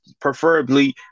preferably